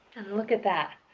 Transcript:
and look at that!